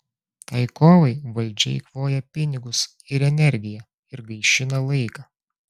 tai kovai valdžia eikvoja pinigus ir energiją ir gaišina laiką